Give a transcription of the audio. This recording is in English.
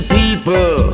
people